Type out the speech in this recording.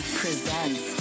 presents